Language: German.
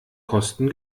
kosten